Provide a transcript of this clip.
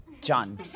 John